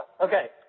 Okay